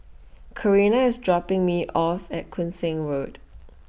Karina IS dropping Me off At Koon Seng Road